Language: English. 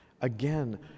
Again